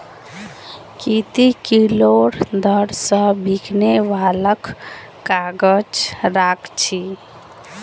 की ती किलोर दर स बिकने वालक काग़ज़ राख छि